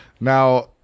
Now